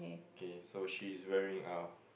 okay so she is wearing a